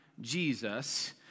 Jesus